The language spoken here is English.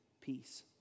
peace